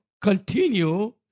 continue